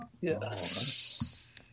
Yes